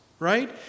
right